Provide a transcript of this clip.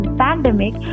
pandemic